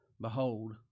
Behold